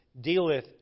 dealeth